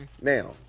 now